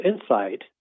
insight